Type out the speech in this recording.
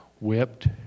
whipped